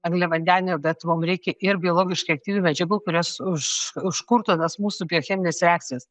angliavandenių bet mum reikia ir biologiškai aktyvių medžiagų kurios už užkurtų tas mūsų biochemines reakcijas